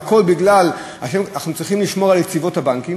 והכול כי אנחנו צריכים לשמור על יציבות הבנקים.